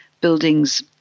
buildings